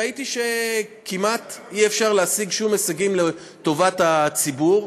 ראיתי שכמעט אי-אפשר להשיג שום הישגים לטובת הציבור.